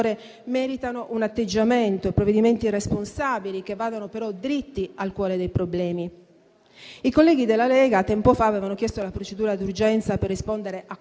meritano un atteggiamento e provvedimenti responsabili che vadano dritti al cuore dei problemi. Tempo fa i colleghi della Lega avevano chiesto la procedura d'urgenza per rispondere